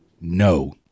No